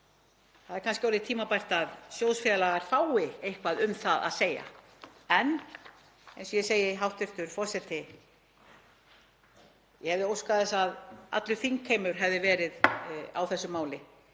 Það er kannski orðið tímabært að sjóðfélagar fái eitthvað um það að segja. Eins og ég segi, hæstv. forseti, hefði ég óskað þess að allur þingheimur hefði verið á þessu máli.